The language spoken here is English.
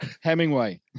hemingway